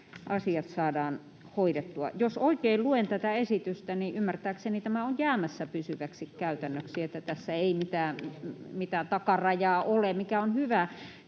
asiat saadaan hoidettua. Jos luen tätä esitystä oikein, niin ymmärtääkseni tämä on jäämässä pysyväksi käytännöksi eikä tässä mitään takarajaa ole, mikä on hyvä,